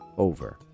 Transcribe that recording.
over